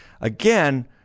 again